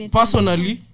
personally